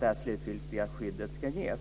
detta slutgiltiga skydd ska ges.